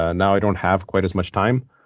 ah now, i don't have quite as much time.